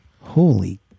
Holy